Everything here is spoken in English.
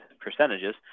percentages